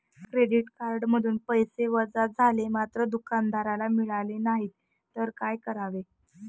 Credit कार्डमधून पैसे वजा झाले मात्र दुकानदाराला मिळाले नाहीत तर काय करावे?